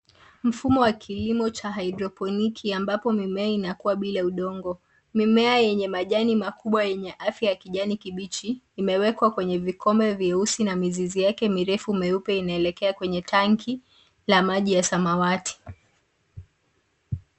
Mfumo wa kilimo wa hidroponiki ambapo mimea inakuwa bila udongo. Mimea yenye majani makubwa yenye afya ya kijani kibichi imewekwa kwenye vikombe vyeusi na mizizi yake mirefi mieupe inaelekea kwenye tanki la maji ya samawati.